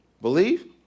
Believe